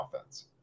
offense